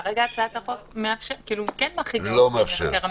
כרגע הצעת החוק כן מחריגה את משרד מבקר המדינה.